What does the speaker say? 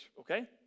okay